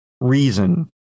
reason